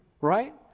right